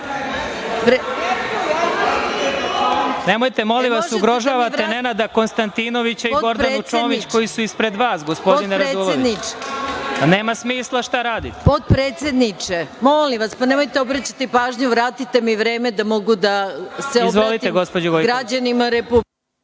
Nemojte, molim vas. Ugrožavate Nenada Konstantinovića i Gordanu Čomić koji su ispred vas, gospodine Raduloviću. Nema smisla šta radite. **Maja Gojković** Potpredsedniče, molim vas, nemojte da obraćate pažnju, vratite mi vreme da mogu da se obratim građanima Republike